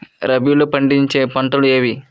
రబీలో పండించే పంటలు ఏవి?